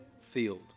field